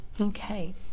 Okay